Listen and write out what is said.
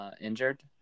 injured